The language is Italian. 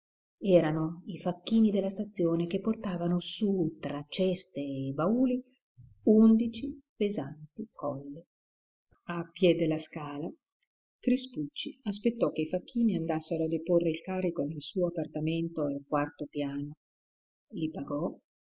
erano i facchini della stazione che portavano su tra ceste e bauli undici pesanti colli a piè della scala crispucci aspettò che i facchini andassero a deporre il carico nel suo appartamento al quarto piano li pagò